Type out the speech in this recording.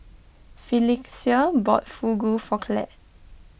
Phylicia bought Fugu for Clare